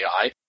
AI